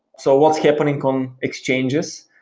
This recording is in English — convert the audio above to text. so what's happening on exchanges.